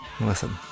Listen